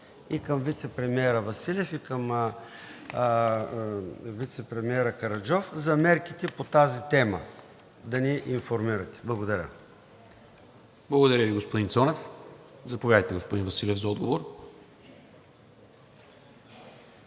и към вицепремиера Василев, и към вицепремиера Караджов – за мерките по тази тема да ни информирате. Благодаря. ПРЕДСЕДАТЕЛ НИКОЛА МИНЧЕВ: Благодаря Ви, господин Цонев. Заповядайте, господин Василев, за отговор.